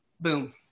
Boom